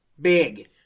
big